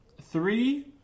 Three